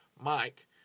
Mike